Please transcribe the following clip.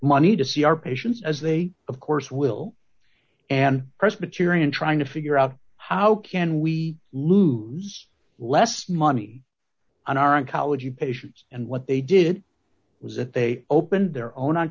money to see our patients as they of course will and presbyterian trying to figure out how can we lose less money on our own college patients and what they did was if they opened their own